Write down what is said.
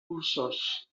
polsós